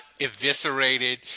eviscerated